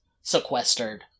sequestered